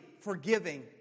forgiving